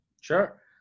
Sure